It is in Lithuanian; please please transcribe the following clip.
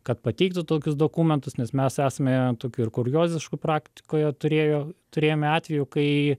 kad pateiktų tokius dokumentus nes mes esame tokių ir kurioziškų praktikoje turėję turėjome atvejų kai